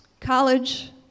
College